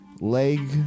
Leg